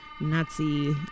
Nazi